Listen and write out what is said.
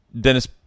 Dennis